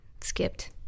skipped